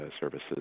services